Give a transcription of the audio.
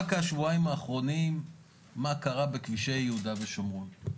רק בשבועיים האחרונים מה קרה בכבישי יהודה ושומרון.